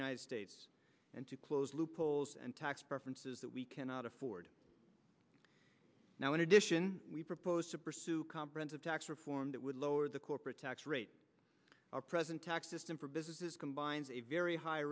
united states and to close loopholes and tax preferences that we cannot afford now in addition we propose to pursue comprehensive tax reform that would lower the corporate tax rate our present tax system for businesses combines a very high